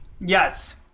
Yes